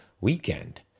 weekend